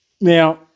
Now